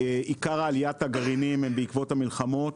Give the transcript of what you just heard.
עיקר עליית הגרעינית היא בעקבות המלחמות.